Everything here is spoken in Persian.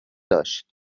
داشت